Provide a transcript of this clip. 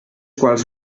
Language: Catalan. quals